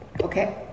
Okay